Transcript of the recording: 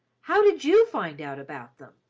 how did you find out about them?